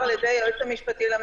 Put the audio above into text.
אין לה מה לעשות עם החומר הזה.